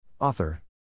Author